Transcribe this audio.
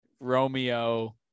Romeo